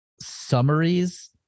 summaries